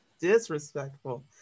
disrespectful